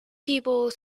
people